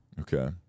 Okay